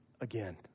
again